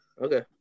Okay